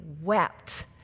wept